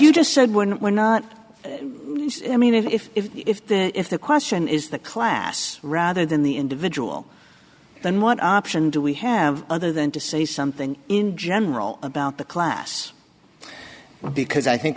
you just said when we're not mean if if if the question is the class rather than the individual then what option do we have other than to say something in general about the class because i think